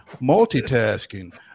multitasking